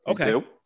Okay